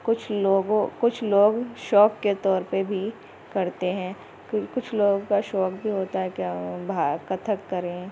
کچھ لوگوں کچھ لوگ شوق کے طور پہ بھی کرتے ہیں کچھ لوگوں کا شوق بھی ہوتا ہے کہ ہم بھا کتھک کریں